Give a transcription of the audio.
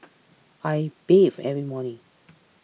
I bathe every morning